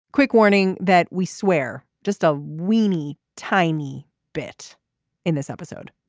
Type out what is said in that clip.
quick warning that we swear just a weeny tiny bit in this episode